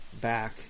back